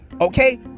Okay